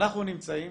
אנחנו נמצאים